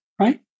right